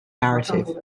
narrative